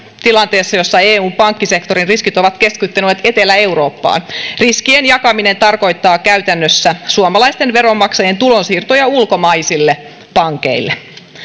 tilanteessa jossa eun pankkisektorin riskit ovat keskittyneet etelä eurooppaan riskien jakaminen tarkoittaa käytännössä suomalaisten veronmaksajien tulonsiirtoja ulkomaisille pankeille